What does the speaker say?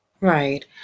Right